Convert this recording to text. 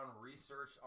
research